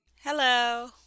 Hello